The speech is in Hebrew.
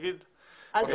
וחצי.